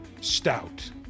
stout